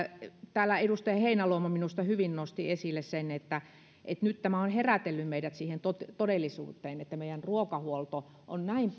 täällä edustaja heinäluoma minusta hyvin nosti esille sen että nyt tämä on herätellyt meidät siihen todellisuuteen että meidän ruokahuoltomme ja huoltovarmuutemme on näin